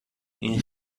این